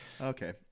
Okay